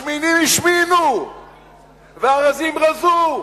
השמנים השמינו והרזים רזו.